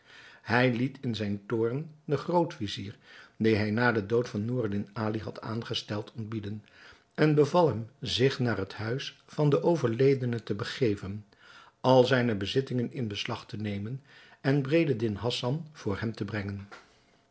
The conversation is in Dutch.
hij liet in zijn toorn den groot-vizier die hij na den dood van noureddin ali had aangesteld ontbieden en beval hem zich naar het huis van den overledene te begeven al zijne bezittingen in beslag te nemen en bedreddin hassan voor hem te brengen